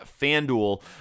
FanDuel